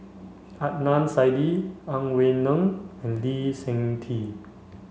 Adnan Saidi Ang Wei Neng and Lee Seng Tee